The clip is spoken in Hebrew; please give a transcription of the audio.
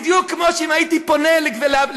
בדיוק כמו שאם הייתי פונה לגברתי,